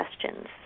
questions